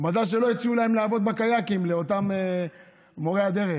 מזל שלא הציעו להם לעבוד בקיאקים, לאותם מורי דרך.